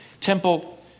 temple